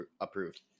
Approved